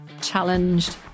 challenged